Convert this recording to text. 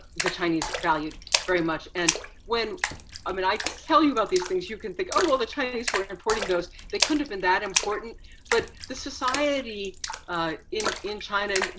the chinese valued very much. and when i mean i tell you about these things, you can think, oh well, the chinese were importing those. they couldn't have been that important but the society in in china,